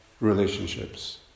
relationships